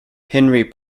henry